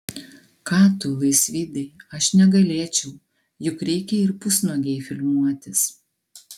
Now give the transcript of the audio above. ką tu laisvydai aš negalėčiau juk reikia ir pusnuogei filmuotis